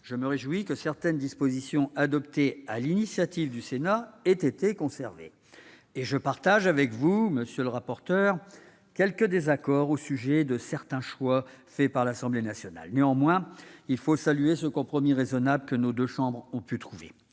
je me réjouis que certaines dispositions adoptées sur l'initiative du Sénat aient été conservées. Et je partage avec vous, monsieur le rapporteur, quelques désaccords au sujet de certains choix de l'Assemblée nationale. Néanmoins, il faut saluer le compromis raisonnable que nos deux chambres ont pu trouver.